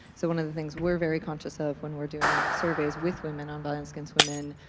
so one of the things we're very conscious of when we're doing surveys with women on violence against women,